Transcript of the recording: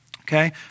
okay